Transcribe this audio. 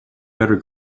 better